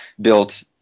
built